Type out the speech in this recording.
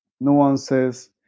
nuances